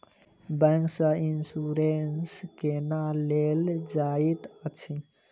bank सँ insurance केना लेल जाइत अछि